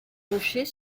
gaucher